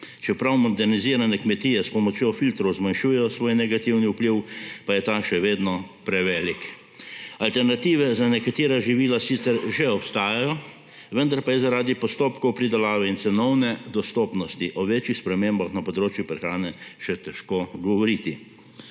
Čeprav modernizirane kmetije s pomočjo filtrov zmanjšujejo svoj negativni vpliv, pa je ta še vedno prevelik. Alternative za nekatera živila sicer že obstajajo, vendar pa je zaradi postopkov pridelave in cenovne dostopnosti o večjih spremembah na področju prehrane še težko govoriti.